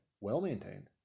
well-maintained